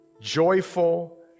joyful